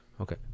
okay